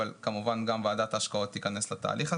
אבל כמובן גם ועדת ההשקעות תיכנס לתהליך הזה.